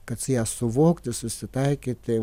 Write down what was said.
kad su ja suvokti susitaikyti